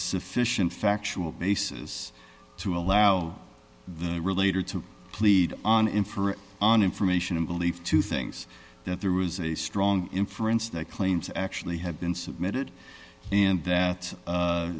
sufficient factual basis to allow the relator to plead on in for on information and belief to things that there was a strong inference that claims actually had been submitted and that